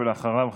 ואחריו,